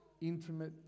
intimate